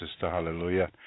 Hallelujah